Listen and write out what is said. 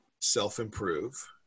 self-improve